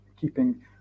keeping